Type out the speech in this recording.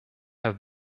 herr